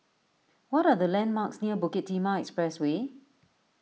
what are the landmarks near Bukit Timah Expressway